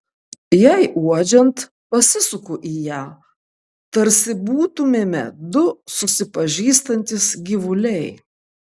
jai uodžiant pasisuku į ją tarsi būtumėme du susipažįstantys gyvuliai